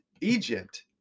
Egypt